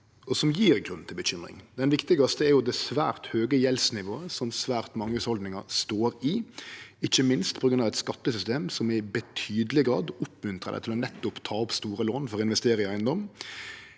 og som gjev grunn til bekymring. Den viktigaste er det svært høge gjeldsnivået som svært mange hushaldningar står i, ikkje minst på grunn av eit skattesystem som i betydeleg grad oppmuntrar til nettopp å ta opp store lån for å investere i eigedom.